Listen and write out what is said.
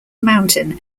mountain